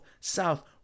south